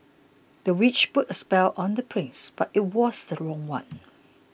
the witch put a spell on the prince but it was the wrong one